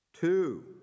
Two